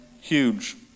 huge